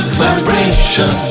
vibration